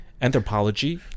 anthropology